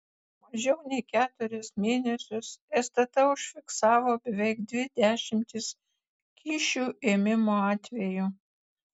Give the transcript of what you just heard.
mažiau nei per keturis mėnesius stt užfiksavo beveik dvi dešimtis kyšių ėmimo atvejų